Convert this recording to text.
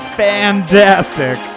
fantastic